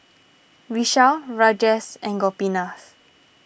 Vishal Rajesh and Gopinath